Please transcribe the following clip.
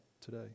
today